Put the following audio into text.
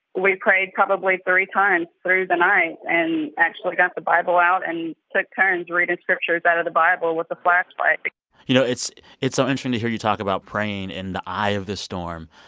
we prayed probably three times through the night and actually got the bible out and took turns reading scriptures out of the bible with a flashlight you know, it's it's so interesting to hear you talk about praying in the eye of this storm.